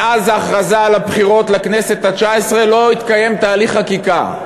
מאז ההכרזה על הבחירות לכנסת התשע-עשרה לא התקיים תהליך חקיקה,